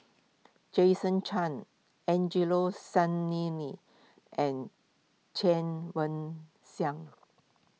Jason Chan Angelo Sanelli and Chen Wen Xiang